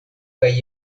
kaj